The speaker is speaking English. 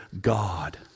God